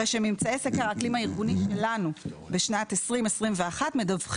הרי שממצאי סקר האקלים הארגוני שלנו בשנת 2021 מדווחים